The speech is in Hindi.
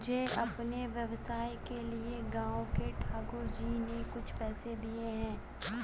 मुझे अपने व्यवसाय के लिए गांव के ठाकुर जी ने कुछ पैसे दिए हैं